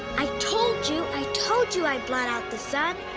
i told you. i told you i'd blot out the sun.